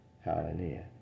Hallelujah